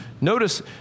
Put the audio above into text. Notice